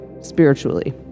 spiritually